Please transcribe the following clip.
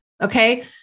Okay